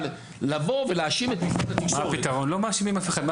אבל לבוא ולהאשים את משרד התקשורת --- לא מאשימים אף אחד.